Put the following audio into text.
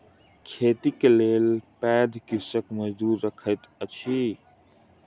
खेतीक लेल पैघ कृषक मजदूर रखैत अछि